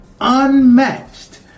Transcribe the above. unmatched